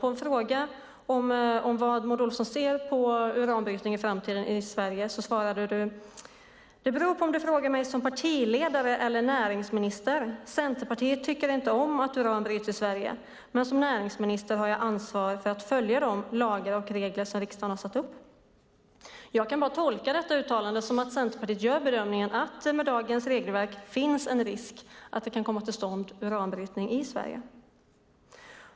På en fråga om hur Maud Olofsson ser på framtida uranbrytning i Sverige svarade hon: Det beror på om du frågar mig som partiledare eller näringsminister. Centerpartiet tycker inte om att uran bryts i Sverige. Men som näringsminister har jag ansvar för att följa de lagar och regler som riksdagen har satt upp. Jag kan bara tolka detta uttalande som att Centerpartiet gör bedömningen att det med dagens regelverk finns en risk att det kommer till stånd uranbrytning i Sverige.